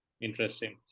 interesting